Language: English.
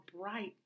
bright